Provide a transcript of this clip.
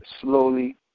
slowly